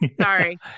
sorry